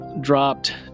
dropped